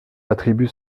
attribue